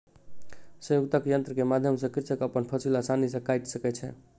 संयुक्तक यन्त्र के माध्यम सॅ कृषक अपन फसिल आसानी सॅ काइट सकै छै